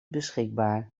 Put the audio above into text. beschikbaar